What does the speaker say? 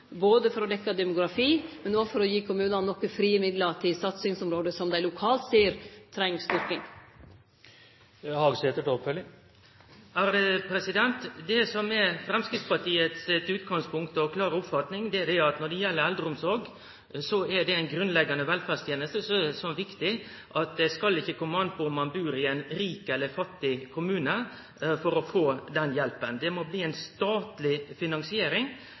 både for å dekkje demografi og for å gi kommunane nokre frie midlar til satsingsområde som dei lokalt ser treng styrking. Det som er Framstegspartiet sitt utgangspunkt og klare oppfatning, er at når det gjeld eldreomsorg, så er det ein grunnleggjande velferdsteneste som er så viktig at det skal ikkje komme an på om ein bur i ein rik eller fattig kommune, om ein får hjelp. Det må bli ei statleg finansiering.